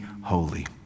holy